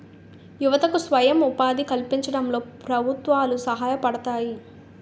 యువతకు స్వయం ఉపాధి కల్పించడంలో ప్రభుత్వాలు సహాయపడతాయి